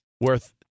Worth